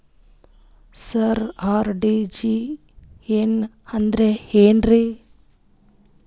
ಸರ RTGS ಅಂದ್ರ ಏನ್ರೀ?